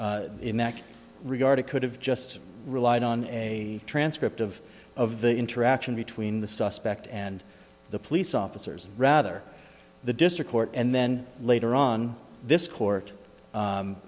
spoken in that regard it could have just relied on a transcript of of the interaction between the suspect and the police officers rather the district court and then later on this court